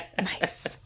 Nice